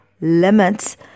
limits